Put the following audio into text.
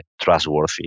trustworthy